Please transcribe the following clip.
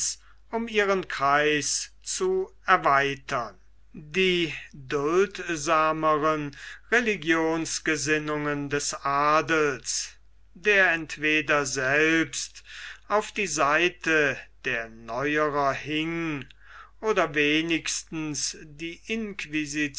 um ihren kreis zu erweitern die duldsameren religionsgesinnungen des adels der entweder selbst auf die seite der neuerer hing oder wenigstens die